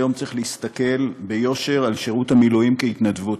היום צריך להסתכל ביושר על שירות המילואים כעל התנדבות,